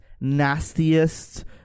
nastiest